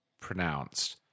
pronounced